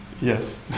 Yes